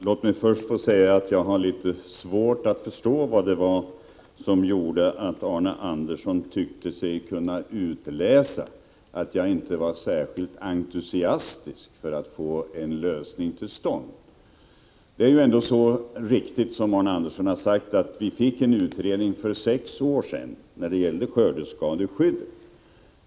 Herr talman! Låt mig först få säga att jag har litet svårt att förstå vad det var som gjorde att Arne Andersson i Ljung tyckte sig kunna utläsa att jag inte var särskilt entusiastisk för att få en lösning till stånd. Det är ju ändå så riktigt som Arne Andersson har sagt, att vi fick en utredning för sex år sedan beträffande skördeskadeskyddet.